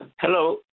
Hello